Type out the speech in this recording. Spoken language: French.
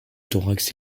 thorax